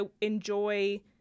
enjoy